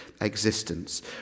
existence